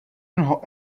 mnoho